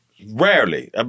rarely